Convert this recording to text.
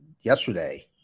yesterday